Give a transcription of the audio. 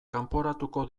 kanporatuko